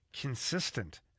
consistent